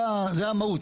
זה המהות.